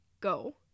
go